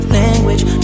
language